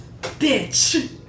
bitch